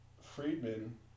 Friedman